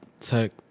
tech